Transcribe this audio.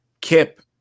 Kip